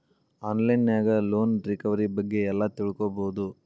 on line ನ್ಯಾಗ loan recovery ಬಗ್ಗೆ ಎಲ್ಲಾ ತಿಳ್ಕೊಬೊದು